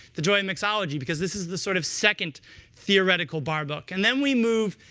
the joy of mixology, because this is the sort of second theoretical bar book. and then we move,